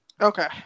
Okay